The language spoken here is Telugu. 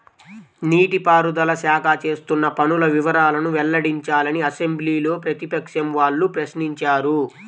నీటి పారుదల శాఖ చేస్తున్న పనుల వివరాలను వెల్లడించాలని అసెంబ్లీలో ప్రతిపక్షం వాళ్ళు ప్రశ్నించారు